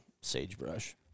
sagebrush